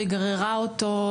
"היא גררה אותו",